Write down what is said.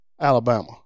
Alabama